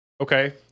Okay